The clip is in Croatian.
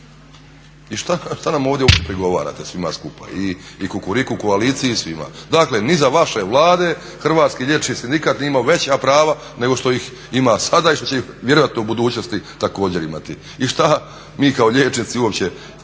i šta nam ovdje opet pregovarate svima skupa i Kukuriku koaliciji i svima. Dakle ni za vaše Vlade Hrvatski liječnički sindikat nije imao veća prava nego što ih ima sada i što će ih vjerojatno u budućnosti također imati i šta mi kao liječnici uopće,